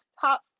top